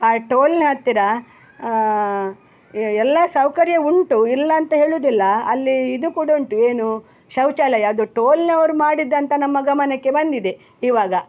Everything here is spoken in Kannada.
ಆ ಟೋಲಿನ ಹತ್ತಿರ ಎಲ್ಲ ಸೌಕರ್ಯ ಉಂಟು ಇಲ್ಲ ಅಂತ ಹೇಳೋದಿಲ್ಲ ಅಲ್ಲಿ ಇದು ಕೂಡ ಉಂಟು ಏನು ಶೌಚಾಲಯ ಅದು ಟೋಲ್ನವರು ಮಾಡಿದ್ದಂತ ನಮ್ಮ ಗಮನಕ್ಕೆ ಬಂದಿದೆ ಇವಾಗ